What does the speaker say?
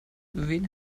wen